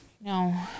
No